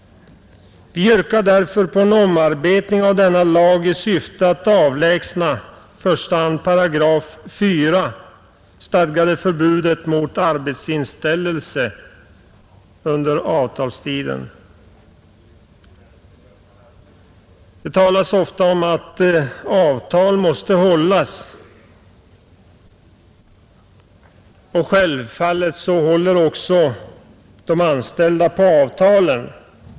Vi yrkar därför på en omarbetning av denna lag i syfte att avlägsna i första hand det i § 4 stadgade förbudet mot arbetsinställelse under avtalstiden. Det talas ofta om att avtal måste hållas, och självfallet håller också de anställda på avtalet.